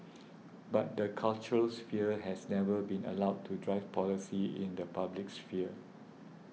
but the cultural sphere has never been allowed to drive policy in the public sphere